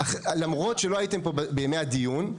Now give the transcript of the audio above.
למרות שלא הייתם פה בימי הדיון.